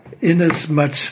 inasmuch